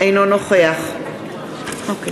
אינו נוכח חברי